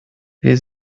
wir